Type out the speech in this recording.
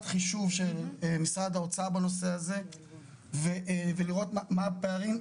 החישוב של משרד האוצר בנושא הזה ולראות מה הפערים,